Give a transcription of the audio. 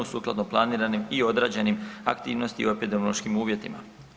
sukladno planiranim i odrađenim aktivnostima u epidemiološkim uvjetima.